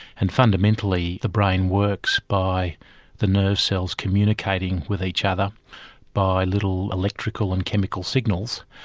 and fundamentally the brain works by the nerve cells communicating with each other by little electrical and chemical signals,